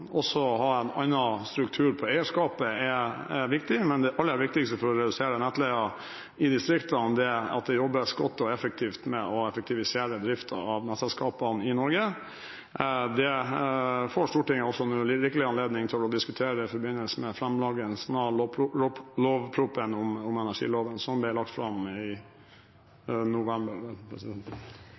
også det å ha en annen struktur på eierskapet er viktig, men det aller viktigste for å redusere nettleien i distriktene er at det jobbes godt og effektivt med å effektivisere driften av selskapene i Norge. Det får Stortinget også rikelig anledning til å diskutere i forbindelse med framleggelsen av lovproposisjonen om energiloven, som ble lagt fram i